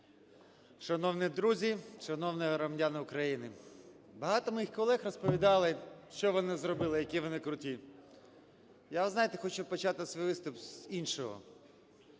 Шановні друзі, шановні громадяни України, багато моїх колег розповідали, що вони зробили, які вони круті. Я, знаєте, хочу почати свій виступ з іншого.